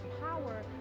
power